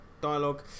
dialogue